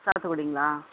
சாத்துக்குடிங்களா